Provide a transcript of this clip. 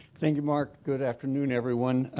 thank you mark, good afternoon everyone.